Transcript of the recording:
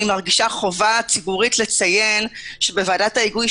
מרגישה חובה ציבורית לציין שבוועדת ההיגוי,